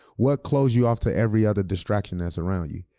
what close you off to every other distraction that's around you?